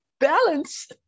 Balance